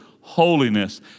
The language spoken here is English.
holiness